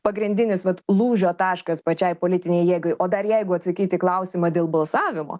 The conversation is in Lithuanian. pagrindinis vat lūžio taškas pačiai politinei jėgai o dar jeigu atsakyt į klausimą dėl balsavimo